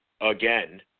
again